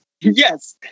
Yes